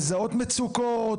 אם הוא יודע לזהות מצוקות,